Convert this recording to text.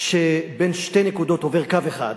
שבין שתי נקודות עובר קו אחד,